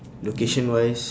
location-wise